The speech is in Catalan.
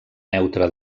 neutre